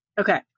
Okay